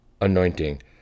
anointing